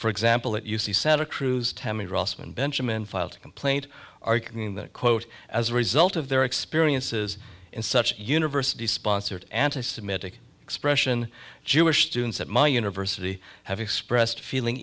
for example at u c santa cruz tammy rossman benjamin filed a complaint arguing that quote as a result of their experiences in such a university sponsored anti semitic expression jewish students at my university have expressed feeling